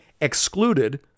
excluded